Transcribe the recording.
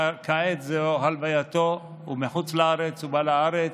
וכעת זו הלווייתו, הוא מחוץ לארץ, הוא בא לארץ.